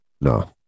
no